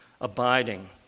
abiding